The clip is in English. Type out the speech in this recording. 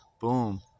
Boom